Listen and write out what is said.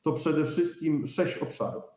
To przede wszystkim sześć obszarów.